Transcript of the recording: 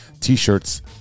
t-shirts